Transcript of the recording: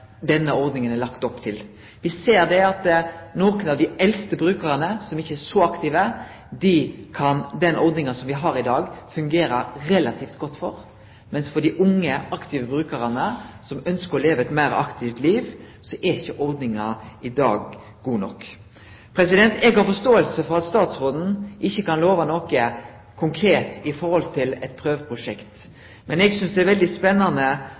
denne ordninga er laga for. Me ser at for nokre av dei eldste brukarane som ikkje er så aktive, kan denne ordninga fungere relativt godt, mens for dei unge aktive brukarane som ønskjer å leve eit meir aktivt liv, er ikkje ordninga i dag god nok. Eg har forståing for at statsråden ikkje kan love noko konkret i forhold til eit prøveprosjekt. Men eg synest det prosjektet som eg forstår statsråden er blitt presentert for av Blindeforbundet, er veldig spennande,